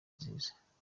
nziza